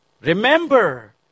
Remember